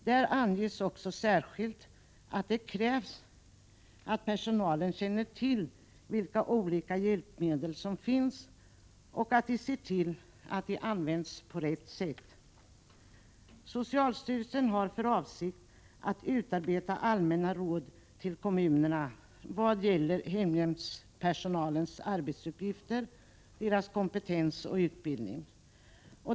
Där anges också särskilt att det krävs att personalen känner till vilka olika hjälpmedel som finns och ser till att dessa används på rätt sätt. Socialstyrelsen har för avsikt att utarbeta allmänna råd till kommunerna vad gäller hemhjälpspersonalens arbetsuppgifter, kompetens och utbildning.